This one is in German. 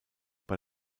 bei